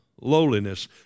lowliness